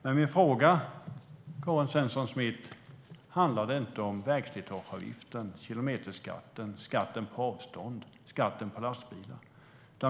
Men min fråga, Karin Svensson Smith, handlade inte om vägslitageavgiften, kilometerskatten, skatten på avstånd eller skatten på lastbilar.